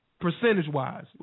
percentage-wise